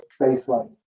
baseline